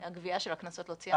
האכיפה,